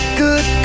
good